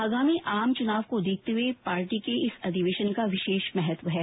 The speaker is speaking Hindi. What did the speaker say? आगामी लोकसभा चुनाव को देखते हुए पार्टी के इस अधिवेशन का विशेष महत्वन है